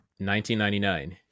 1999